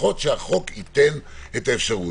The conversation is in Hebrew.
לפחות שהחוק ייתן את האפשרות.